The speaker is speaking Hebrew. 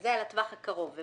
זה לטווח הקרוב.